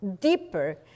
deeper